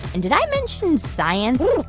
and did i mention science?